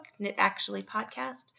knitactuallypodcast